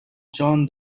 john